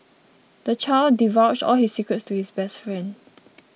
the child divulged all his secrets to his best friend